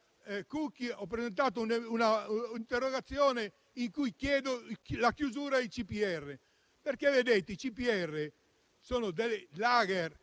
ho presentato un'interrogazione in cui chiedo la chiusura dei CPR, perché sono *lager*